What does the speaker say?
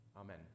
Amen